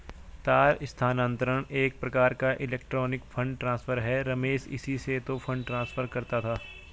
तार स्थानांतरण एक प्रकार का इलेक्ट्रोनिक फण्ड ट्रांसफर है रमेश इसी से तो फंड ट्रांसफर करता है